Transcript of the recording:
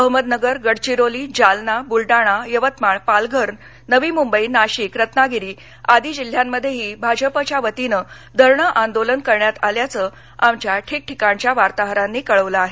अहमदनगर गडचिरोलीजालना बूलढाणा यवतमाळपालघरनवी मुंबई नाशिकरत्नागिरी आदी जिल्ह्यांमध्येही भाजपच्या वतीनं धरणं आंदोलन करण्यात आल्याचं आमच्या ठीकठीकाणच्या वार्ताहरांनी कळवलं आहे